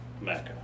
Mecca